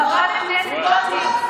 חברת הכנסת גוטליב,